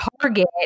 Target